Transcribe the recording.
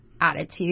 attitude